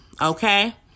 okay